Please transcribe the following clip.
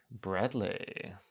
Bradley